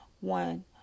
One